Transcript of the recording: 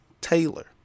Taylor